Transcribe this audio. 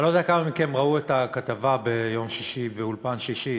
אני לא יודע כמה מכם ראו ביום שישי את הכתבה ב"אולפן שישי",